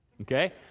Okay